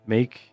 Make